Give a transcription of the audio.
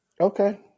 okay